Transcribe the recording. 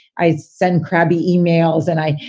i send crabby emails and i,